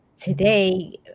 today